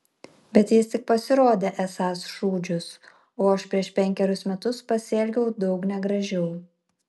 bet jis tik pasirodė esąs šūdžius o aš prieš penkerius metus pasielgiau daug negražiau